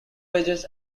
wages